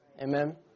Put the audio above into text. Amen